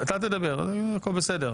כמו שמופיע פה בסעיף קטן (2), זה מוגבל ל-20% כרגע